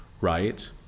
right